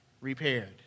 repaired